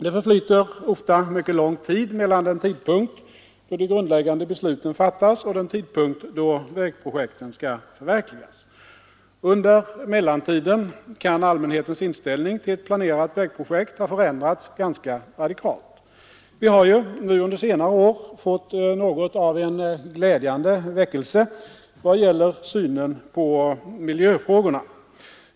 Det förflyter ofta mycket lång tid mellan den tidpunkt då de grundläggande besluten fattas och den tidpunkt då vägprojekten skall förverkligas. Under mellantiden kan allmänhetens inställning till ett planerat vägprojekt ha förändrats radikalt. Vi har ju under senare år fått något av en glädjande väckelse i vad gäller synen på miljöfrågorna.